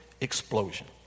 explosion